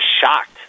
shocked